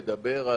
לדבר.